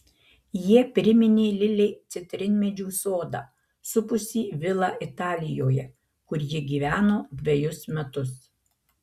jie priminė lilei citrinmedžių sodą supusį vilą italijoje kur ji gyveno dvejus metus